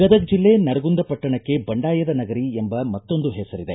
ಗದಗ ಜಿಲ್ಲೆ ನರಗುಂದ ಪಟ್ಟಣಕ್ಕೆ ಬಂಡಾಯದ ನಗರಿ ಎಂಬ ಮತ್ತೊಂದು ಹೆಸರಿದೆ